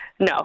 No